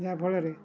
ଯାହାଫଳରେ